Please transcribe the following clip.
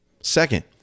Second